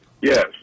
Yes